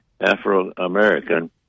Afro-American